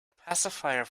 pacifier